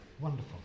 Wonderful